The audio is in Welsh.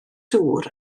dŵr